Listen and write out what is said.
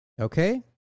Okay